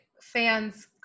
fans